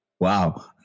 wow